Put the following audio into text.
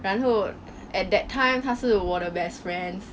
然后 at that time 他是我的 best friends